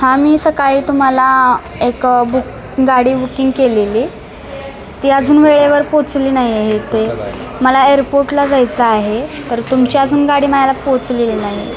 हा मी सकाळी तुम्हाला एक बुक गाडी बुकिंग केलेली ती अजून वेळेवर पोचली नाही आहे इथे मला एअरपोर्टला जायचं आहे तर तुमची अजून गाडी मायाला पोचलेली नाही